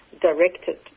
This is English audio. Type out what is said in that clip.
directed